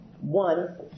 One